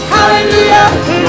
Hallelujah